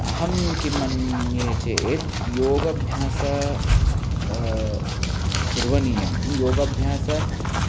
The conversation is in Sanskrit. अहं किं मन्ये चेत् योगभ्यासः करणीयः योगभ्यासः